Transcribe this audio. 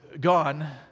gone